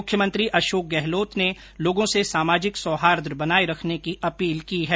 मुख्यमंत्री अशोक गहलोत ने लोगों से सामाजिक सोहार्द बनाये रखने की अपील की है